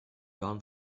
waren